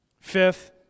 Fifth